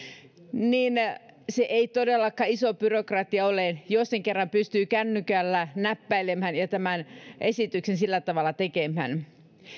niin se ei todellakaan iso byrokratia ole jos sen kerran pystyy kännykällä näppäilemään ja tämän sopimuksen sillä tavalla tekemään